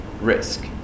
risk